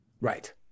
Right